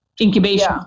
incubation